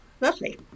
Lovely